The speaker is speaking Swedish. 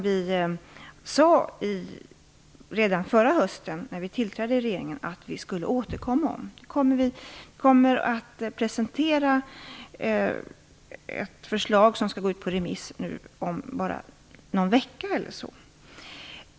Vi sade redan förra hösten när vi tillträdde regeringen att vi skulle återkomma i frågan. Vi kommer att presentera ett förslag som skall gå ut på remiss om bara någon vecka.